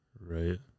right